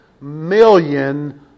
million